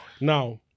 Now